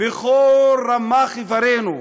בכל רמ"ח איברינו,